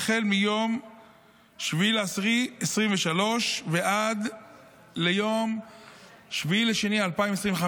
מיום 7 באוקטובר 2023 ועד ליום 7 בפברואר 2025,